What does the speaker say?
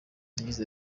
yagize